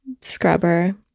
scrubber